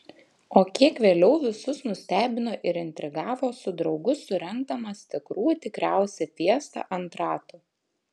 o kiek vėliau visus nustebino ir intrigavo su draugu surengdamas tikrų tikriausią fiestą ant ratų